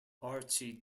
archie